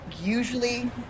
usually